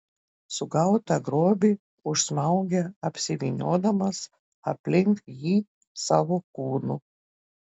sugautą grobį užsmaugia apsivyniodamas aplink jį savo kūnu